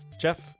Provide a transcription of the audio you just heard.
Jeff